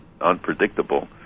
unpredictable